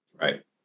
Right